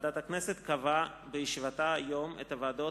ועדת הכנסת קבעה בישיבתה היום את הוועדות